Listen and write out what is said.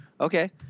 okay